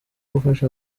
gufasha